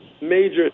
major